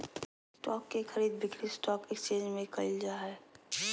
stock के खरीद बिक्री स्टॉक एकसचेंज में क़इल जा हइ